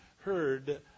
heard